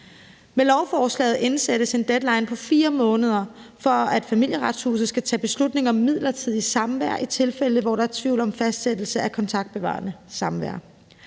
Med lovforslaget indsættes en deadline på 4 måneder for, at Familieretshuset skal tage beslutning om midlertidig samvær i tilfælde, hvor der er tvivl om fastsættelse af kontaktbevarende samvær.